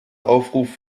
aufruf